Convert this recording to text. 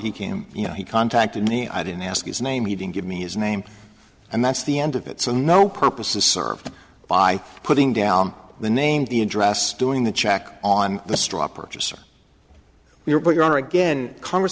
he came you know he contacted me i didn't ask his name he didn't give me his name and that's the end of it so no purpose is served by putting down the name the address doing the check on the straw purchaser you're but you're again congress